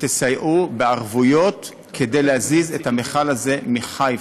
ותסייעו בערבויות כדי להזיז את המכל הזה מחיפה.